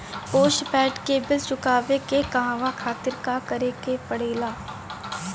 Postpaid के bill चुकावे के कहवा खातिर का करे के पड़ें ला?